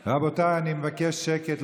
רבותיי, אני מבקש שקט.